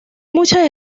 muchas